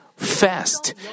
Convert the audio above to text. fast